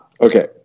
okay